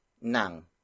NANG